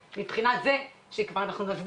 כי בעיני שוק שחוק רק יכול להתגבר מהבחינה שכבר נסדיר,